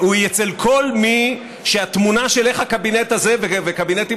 אצל כל מי שהתמונה של איך הקבינט הזה וקבינטים